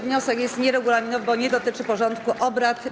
Wniosek jest nieregulaminowy, bo nie dotyczy porządku obrad.